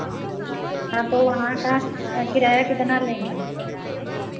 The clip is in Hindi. हाँ तो वहाँ का किराया कितना लेंगे